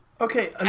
okay